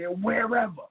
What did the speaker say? wherever